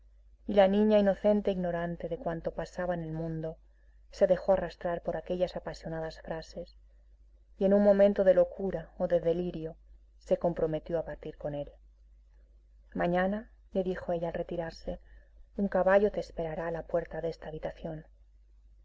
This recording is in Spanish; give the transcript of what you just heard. y la niña inocente e ignorante de cuanto pasaba en el mundo se dejó arrastrar por aquellas apasionadas frases y en un momento de locura o de delirio se comprometió a partir con él mañana le dijo ella al retirarse un caballo te esperará a la puerta de esta habitación